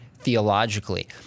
theologically